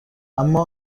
اما